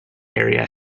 area